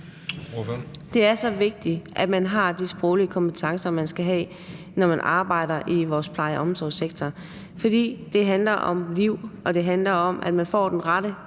Det er så vigtigt, at man har de sproglige kompetencer, som man skal have, når man arbejder i vores pleje- og omsorgssektor. For det handler om liv, og det handler om, at man får den rette